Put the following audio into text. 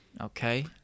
Okay